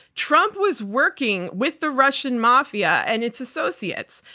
trump was working with the russian mafia and its associates,